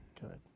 good